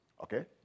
Okay